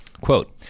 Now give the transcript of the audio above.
Quote